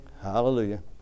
Hallelujah